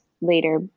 later